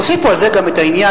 תוסיפו על זה גם את העניין,